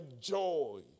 joy